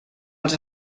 als